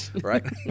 Right